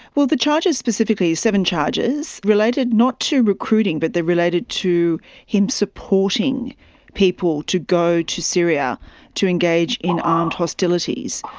well, the charges specifically, seven charges, related not to recruiting but they related to him supporting people to go to syria to engage in armed hostilities.